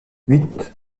huit